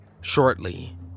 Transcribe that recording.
Shortly